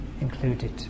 included